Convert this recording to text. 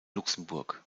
luxemburg